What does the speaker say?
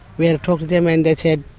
we had a talk to them and they said,